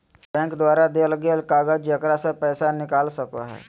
bank द्वारा देल गेल कागज जेकरा से पैसा निकाल सको हइ